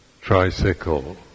tricycle